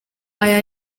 aya